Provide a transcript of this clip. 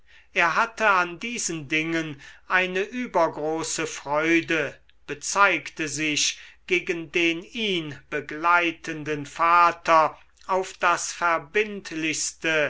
er hatte an diesen dingen eine übergroße freude bezeigte sich gegen den ihn begleitenden vater auf das verbindlichste